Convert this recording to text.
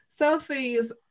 Selfies